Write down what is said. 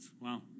wow